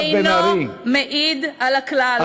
שאינו מעיד על הכלל.